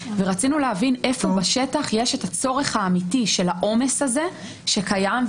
ורצינו להבין איפה בשטח יש את הצורך האמיתי של העומס הזה שקיים.